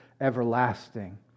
everlasting